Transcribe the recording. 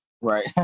Right